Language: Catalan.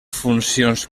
funcions